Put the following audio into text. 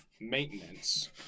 maintenance